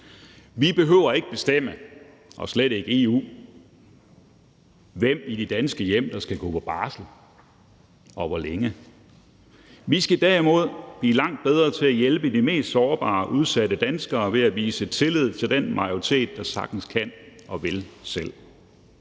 Vi behøver ikke bestemme – og slet ikke EU – hvem i de danske hjem der skal gå på barsel, og hvor længe. Vi skal derimod blive langt bedre til at hjælpe de mest sårbare og udsatte danskere ved at vise tillid til den majoritet, der sagtens kan og vil selv.